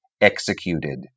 executed